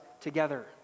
together